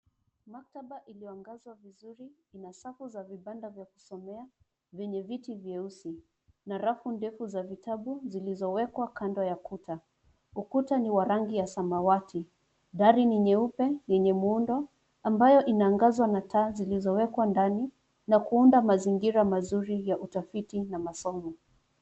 Maktaba iliyoangaza vizuri ina safu za vibanda vyaa kusomea yenye viti vyeusi na rafu ndefu za vitabu zilizowekwa kando ya kuta. Ukuta ni wa rangi ya samawati. Dari ni nyeupe yenye muundo ambayo inaangazwa na taa zilizowekwa ndani na kuunda mazingira mazuri ya utafiti na masomo.